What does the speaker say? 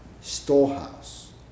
storehouse